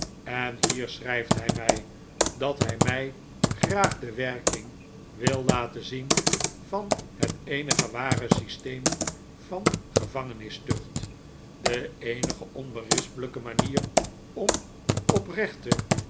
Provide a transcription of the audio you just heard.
en hier schrijft hij mij dat hij mij graag de werking wil laten zien van het eenige ware systeem van gevangenistucht de eenige onberispelijke manier om oprechte